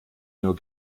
nur